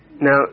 Now